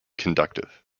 conductive